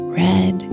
red